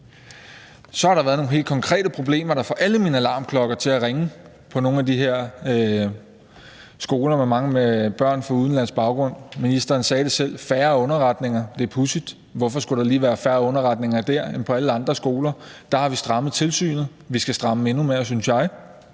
Så har der været nogle helt konkrete problemer, der får alle mine alarmklokker til at ringe, på nogle af de her skoler med mange børn med udenlandsk baggrund. Ministeren nævnte selv færre underretninger. Det er pudsigt. Hvorfor skulle der lige være færre underretninger dér end på alle andre skoler? Der har vi strammet tilsynet, og vi skal stramme det endnu mere, synes jeg.